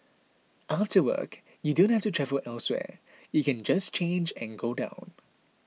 after work you don't have to travel elsewhere you can just change and go down